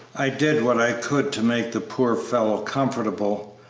i did what i could to make the poor fellow comfortable,